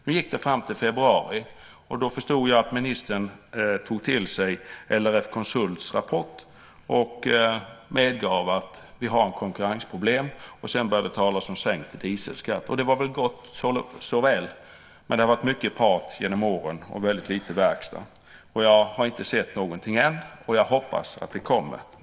Nu gick det fram till februari, och då förstod jag att ministern tog till sig LRF Konsults rapport och medgav att vi har konkurrensproblem, och sedan började det talas om sänkt dieselskatt. Och det var väl gott så, men det har varit mycket prat genom åren och väldigt lite verkstad. Jag har inte sett någonting än, och jag hoppas att det kommer.